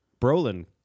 Brolin